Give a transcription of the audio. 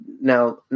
Now